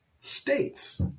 states